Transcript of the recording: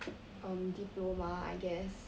um diploma I guess